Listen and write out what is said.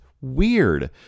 weird